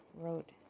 wrote